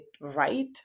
right